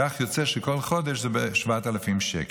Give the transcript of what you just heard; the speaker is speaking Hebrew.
כך יוצא שכל חודש זה בערך 7,000 שקל.